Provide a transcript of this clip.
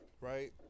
right